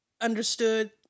understood